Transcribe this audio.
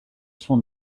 son